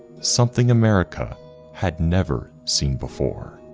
something america had never seen before.